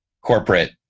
corporate